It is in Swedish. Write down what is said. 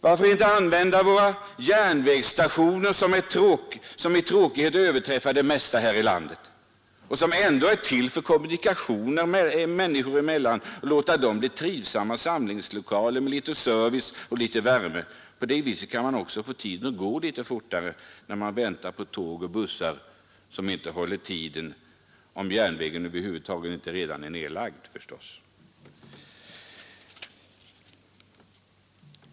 Varför inte använda våra järnvägsstationer, som i tråkighet överträffar det mesta här i landet men som ändå är till för kommunikationerna människor emellan, och låta dessa bli trivsamma samlingslokaler med litet service och litet värme. På det viset kunde man också få tiden att gå litet fortare när man väntar på tåg och bussar som inte håller tiden — om nu järnvägen inte redan är nedlagd.